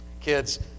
Kids